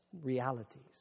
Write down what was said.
realities